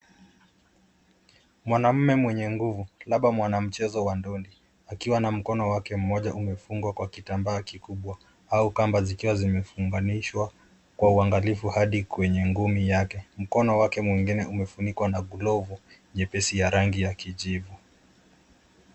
Mwanamume mwenye nguvu labda mwanamchezo wa ndondi akiwa na mkono wake mmoja umefungwa kwa kitambaa kikubwa au kamba zikiwa zimefunganishwa kwa uangalifu hadi kwenye ngumi yake. Mkono wake mwingine umefunikwa na glavu nyepesi ya rangi ya kijivu.